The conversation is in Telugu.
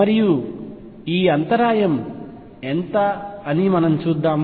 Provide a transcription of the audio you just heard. మరియు ఈ అంతరాయం ఎంత అని మనం చూద్దాం